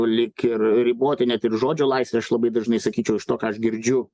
lyg ir riboti net ir žodžio laisvę aš labai dažnai sakyčiau iš to ką aš girdžiu